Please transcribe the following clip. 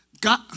God